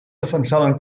defensaven